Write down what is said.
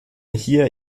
hier